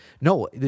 No